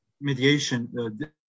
mediation